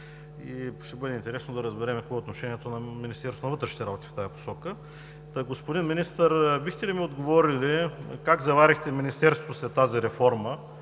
и ще бъде интересно да разберем какво е отношението на Министерството на вътрешните работи в тази посока. Господин Министър, бихте ли ми отговори как заварихте Министерството след тази реформа?